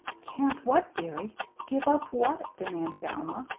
can't what, dearie give up what? demanded alma.